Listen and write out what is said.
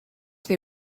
they